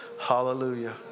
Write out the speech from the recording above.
Hallelujah